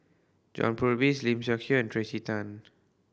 John Purvis Lim Seok Hui and Tracey Tan